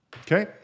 Okay